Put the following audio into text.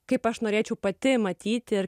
kaip aš norėčiau pati matyti